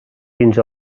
fins